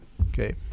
okay